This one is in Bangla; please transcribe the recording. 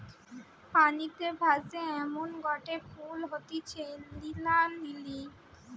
পানিতে ভাসে এমনগটে ফুল হতিছে নীলা লিলি